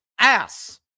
ass